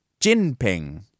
Jinping